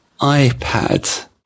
iPad